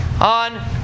on